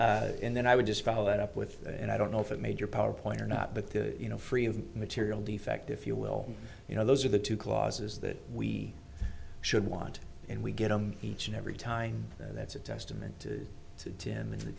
most and then i would just follow that up with and i don't know if it made your power point or not but the you know free of material defect if you will you know those are the two clauses that we should want and we get them each and every time that's a testament to in the